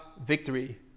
victory